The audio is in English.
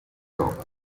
rock